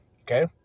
Okay